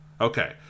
Okay